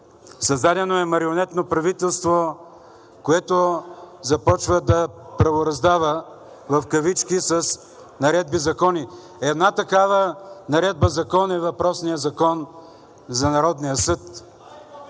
Създадено е марионетно правителство, което започва да правораздава в кавички с наредби и закони. Една такава наредба-закон е въпросният закон за Народния съд.